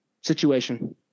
situation